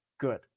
Good